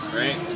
right